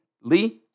Lee